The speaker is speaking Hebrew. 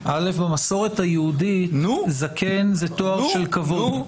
ראשית, במסורת היהודית זקן זה תואר של כבוד.